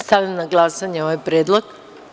Stavljam na glasanje ovaj predlog.